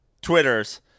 Twitter's